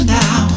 now